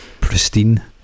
pristine